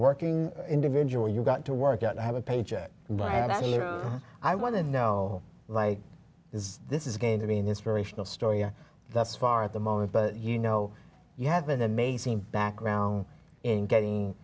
working individual you've got to work out i have a paycheck i want to know like is this is going to be an inspirational story thus far at the moment but you know you have an amazing background in getting